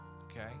Okay